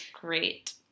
great